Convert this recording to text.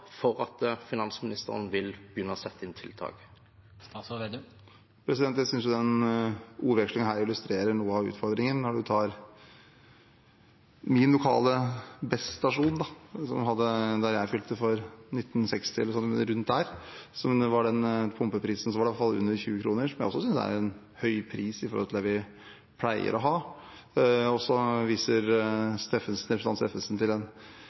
for at finansministeren vil begynne og sette inn tiltak? Jeg synes ordvekslingen her illustrerer noe av utfordringen, når jeg på min lokale Best-stasjon fylte for rundt 19,60 kr – pumpeprisen der var i alle fall under 20 kr, som jeg også synes er en høy pris i forhold til det vi pleier å ha – og så viser representanten Steffensen til